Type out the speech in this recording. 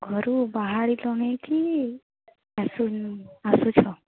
ଘରୁ ବାହାରିଲଣ କି ଆସୁଛ